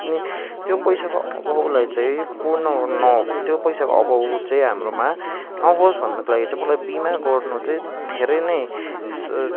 अनि त्यो पैसाको अभावलाई चाहिँ पूर्ण न त्यो पैसाको अभाव चाहिँ हाम्रोमा नहोस् भन्नको लागि चाहिँ मलाई बिमा गर्नु चाहिँ धेरै नै